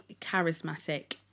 charismatic